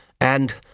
And